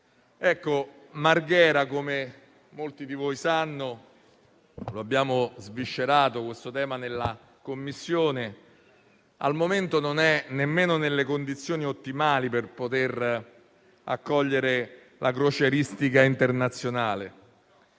lavoro. Marghera, come molti di voi sanno (abbiamo sviscerato questo tema in Commissione), al momento non è nemmeno nelle condizioni ottimali per poter accogliere la crocieristica internazionale.